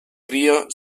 cria